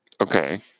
Okay